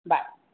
bye